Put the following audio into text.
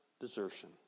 desertion